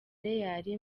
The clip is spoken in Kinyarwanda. real